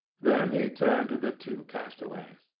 then he turned to the two castaways.